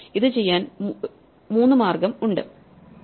ഇതു ചെയ്യാൻ ഒരു മൂന്നാം മാർഗം ഉണ്ട്